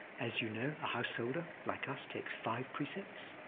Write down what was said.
as you know, a householder like us takes five precepts.